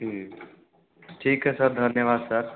जी ठीक है सर धन्यवाद सर